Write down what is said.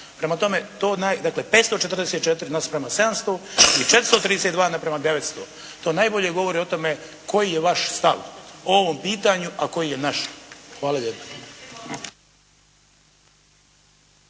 Prema tome to, dakle 544 nasprama 700, i 432 naprama 900. To najbolje govori o tome koji je vaš stav o ovom pitanju, a koji je naš. Hvala lijepa.